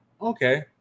okay